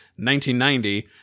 1990